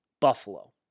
Buffalo